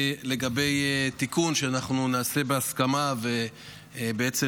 לגבי תיקון שאנחנו נעשה בהסכמה ובעצם